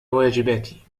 واجباتي